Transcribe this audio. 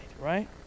right